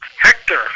Hector